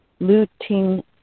lutein